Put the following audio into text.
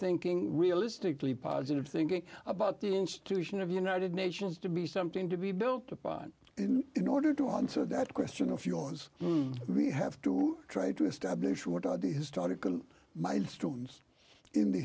thinking realistically positive thinking about the institution of united nations to be something to be built upon in order to answer that question of yours we have to try to establish what are the historical milestones in the